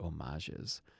homages